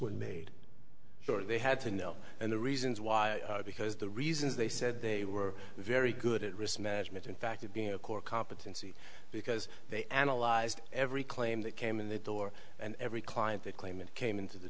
when made sure they had to know and the reasons why because the reasons they said they were very good at risk management in fact it being a core competency because they analyzed every claim that came in the door and every client that claimant came into the